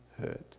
hurt